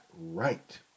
right